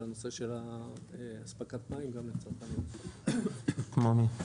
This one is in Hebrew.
בנושא של אספקת מים גם לצרכן ה- כמו מי?